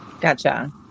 Gotcha